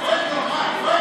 כואב לו.